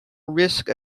risk